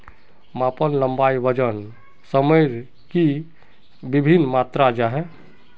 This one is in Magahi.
मापन लंबाई वजन सयमेर की वि भिन्न मात्र जाहा?